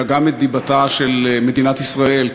אלא גם את דיבתה של מדינת ישראל,